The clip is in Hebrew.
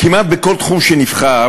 כמעט בכל תחום שנבחר,